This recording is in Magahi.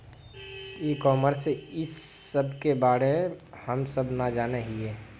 ई कॉमर्स इस सब के बारे हम सब ना जाने हीये?